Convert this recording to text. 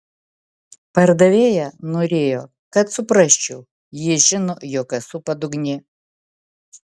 pardavėja norėjo kad suprasčiau ji žino jog esu padugnė